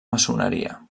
maçoneria